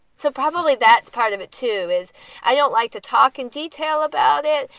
so probably that's part of it, too, is i don't like to talk in detail about it.